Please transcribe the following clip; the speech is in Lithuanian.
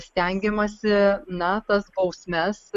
stengiamasi na tas bausmes